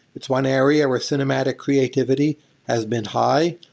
it's one area where cinematic creativity has been high.